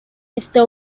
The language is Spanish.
está